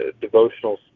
devotional